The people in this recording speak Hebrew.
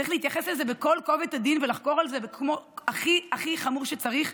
צריך להתייחס לזה בכל כובד הדין ולחקור את זה בדרך הכי הכי חמורה שצריך,